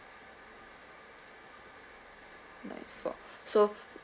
nine four so